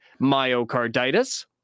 myocarditis